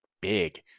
big